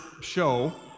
show